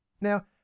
Now